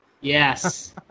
Yes